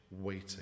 waiting